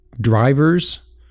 drivers